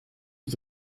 het